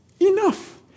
enough